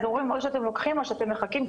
הם אומרים: או שאתם לוקחים או שאתם מחכים,